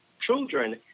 children